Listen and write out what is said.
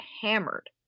hammered